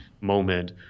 moment